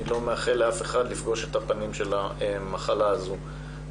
לא מאחל לאף אחד לפגוש את הפנים של המחלה הזו,